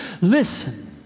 Listen